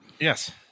Yes